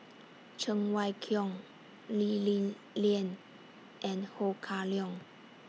Cheng Wai Keung Lee Li Lian and Ho Kah Leong